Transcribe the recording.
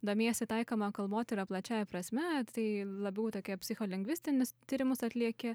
domiesi taikomąja kalbotyra plačiąja prasme tai labiau tokia psicholingvistinis tyrimus atlieki